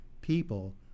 people